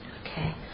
okay